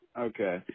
Okay